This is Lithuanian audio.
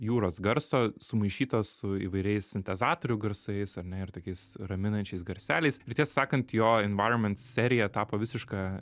jūros garso sumaišyto su įvairiais sintezatorių garsais ar ne ir tokiais raminančiais garseliais ir tiesą sakant jo environments serija tapo visiška